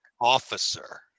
Officer